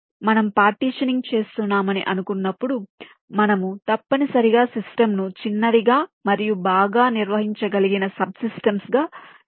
కాబట్టి మనము పార్టిషనింగ్ చేస్తున్నామని అనుకున్నప్పుడు మనము తప్పనిసరిగా సిస్టమ్ ను చిన్నదిగా మరియు బాగా నిర్వహించగలిగిన సబ్ సిస్టమ్స్ గా డీకంపోస్ చేస్తున్నాము